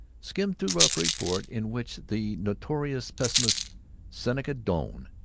skimmed through a report in which the notorious pessimist seneca doane,